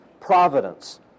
providence